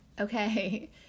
Okay